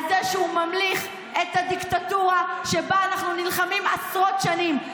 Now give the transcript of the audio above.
על זה שהוא ממליך את הדיקטטורה שבה אנחנו נלחמים עשרות שנים,